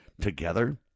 together